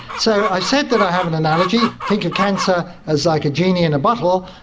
so i said that i have an analogy think of cancer as like a genie in a bottle,